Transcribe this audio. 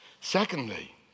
Secondly